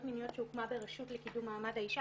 מיניות שהוקמה ברשות לקידום מעמד האישה.